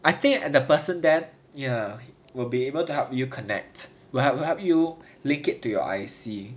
I think at the person there ya will be able to help you connect will will help you link it to your I_C